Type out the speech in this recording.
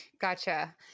Gotcha